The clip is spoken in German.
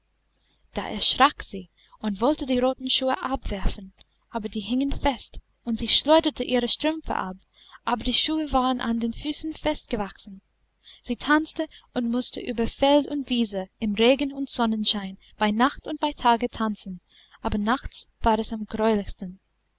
da erschrak sie und wollte die roten schuhe abwerfen aber die hingen fest und sie schleuderte ihre strümpfe ab aber die schuhe waren an den füßen festgewachsen sie tanzte und mußte über feld und wiese im regen und sonnenschein bei nacht und bei tage tanzen aber nachts war es am